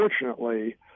unfortunately –